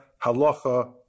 Halacha